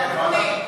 ועדת הפנים?